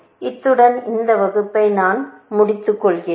இத்துடன் இந்த வகுப்பை நான் முடித்துக் கொள்கிறேன்